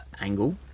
Angle